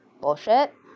bullshit